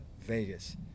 Vegas